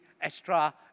extra